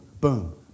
boom